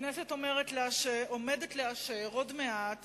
הכנסת עומדת לאשר עוד מעט